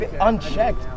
unchecked